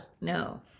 no